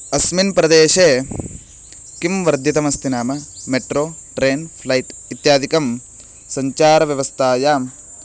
अस्मिन् प्रदेशे किं वर्धितमस्ति नाम मेट्रो ट्रेन् फ़्लैट् इत्यादिकं सञ्चारव्यवस्थायां